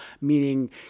meaning